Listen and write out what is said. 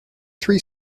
three